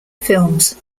films